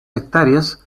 hectáreas